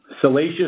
salacious